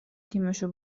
تیمشو